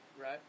Right